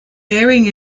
baring